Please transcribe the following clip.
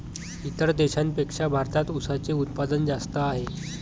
इतर देशांपेक्षा भारतात उसाचे उत्पादन जास्त आहे